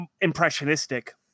impressionistic